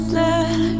let